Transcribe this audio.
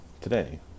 today